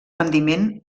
rendiment